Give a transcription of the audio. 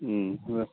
अँ